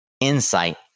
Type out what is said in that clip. insight